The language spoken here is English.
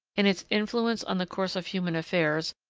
in its influence on the course of human affairs,